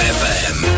fm